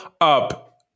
up